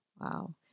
Wow